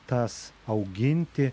tas auginti